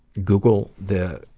google the